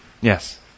Yes